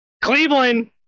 Cleveland